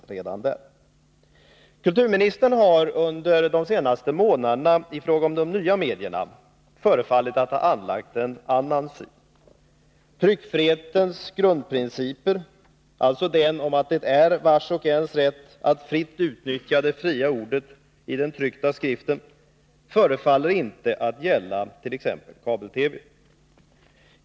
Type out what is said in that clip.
Det förefaller emellertid som om kulturministern under de senaste månaderna har anlagt en annan syn i fråga om de nya medierna. Tryckfrihetens grundprincip — alltså den att det är vars och ens rätt att fritt utnyttja det fria ordet i tryckt skrift — tycks inte gälla t.ex. kabel-TV.